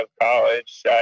college